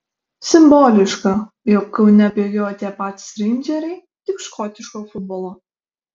simboliška jog kaune bėgiojo tie patys reindžeriai tik škotiško futbolo